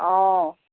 অঁ